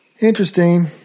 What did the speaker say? Interesting